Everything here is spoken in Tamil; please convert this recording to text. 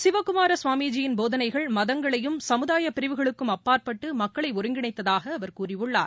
சிவக்குமார சுவாமிஜி யின் போதனைகள் மதங்களையும் சமுதாய பிரிவுகளுக்கும் அப்பாற்பட்டு மக்களை ஒருங்கிணைத்ததாக அவர் கூறியுள்ளார்